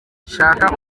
shaka